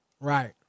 Right